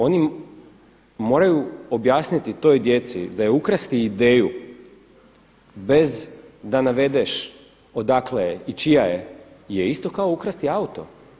Oni moraju objasniti toj djeci da je ukrasti ideju bez da navedeš odakle je i čija je isto kao ukrasti auto.